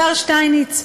השר שטייניץ,